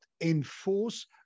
enforce